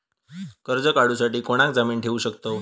कर्ज काढूसाठी कोणाक जामीन ठेवू शकतव?